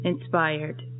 Inspired